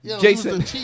Jason